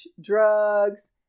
drugs